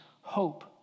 hope